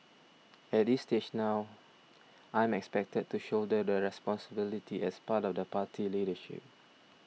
at this stage now I'm expected to shoulder the responsibility as part of the party leadership